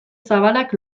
zabalak